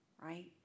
right